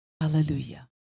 Hallelujah